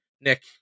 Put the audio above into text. Nick